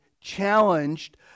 challenged